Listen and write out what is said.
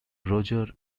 roger